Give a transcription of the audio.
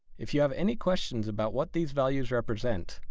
if you have any questions about what these values represent,